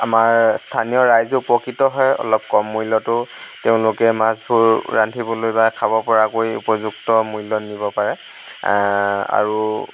আমাৰ স্থানীয় ৰাইজো উপকৃত হয় অলপ কম মূল্যতো তেওঁলোকে মাছবোৰ ৰান্ধিবলৈ বা খাব পৰাকৈ উপযুক্ত মূল্যত নিব পাৰে আৰু